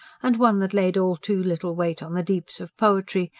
and one that laid all too little weight on the deeps of poetry,